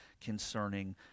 concerning